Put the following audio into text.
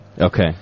Okay